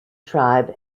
tribe